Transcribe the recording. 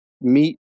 meet